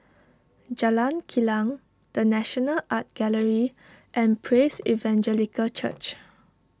Jalan Kilang the National Art Gallery and Praise Evangelical Church